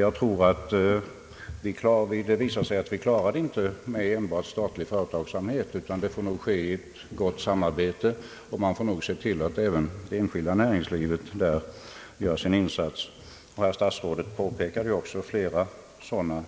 Jag tror att det kommer att visa sig att vi inte klarar det med enbart statlig företagsamhet, utan det får nog ske i gott samarbete. Man får se till att även det enskilda näringslivet där gör sin insats. Herr statsrådet påpekade ju också flera sådana